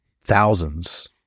thousands